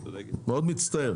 מאוד מצטער.